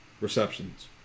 receptions